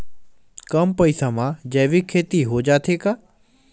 कम पईसा मा जैविक खेती हो जाथे का?